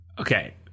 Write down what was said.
Okay